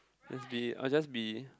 that's be I will just be